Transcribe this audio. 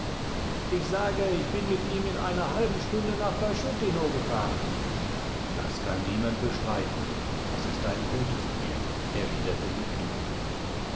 ich sage ich bin mit ihm in einer halben stunde nach paschutino gefahren das kann niemand bestreiten es ist ein gutes pferd erwiderte nikita